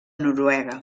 noruega